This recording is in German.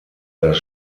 das